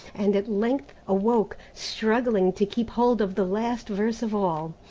and at length awoke, struggling to keep hold of the last verse of all.